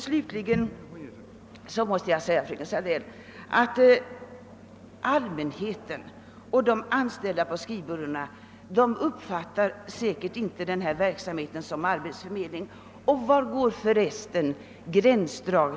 Slutligen måste jag säga till fröken Sandell att allmänheten och de anställda på skrivbyråerna säkerligen inte uppfattar den aktuella verksamheten som arbetsförmedling. Var skall för resten gränsen dras?